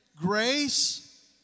Grace